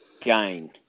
gain